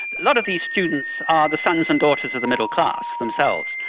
lot of these students are the sons and daughters of the middle class themselves,